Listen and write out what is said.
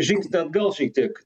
žingsnį atgal šiek tiek